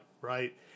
right